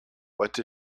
what